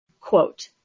Quote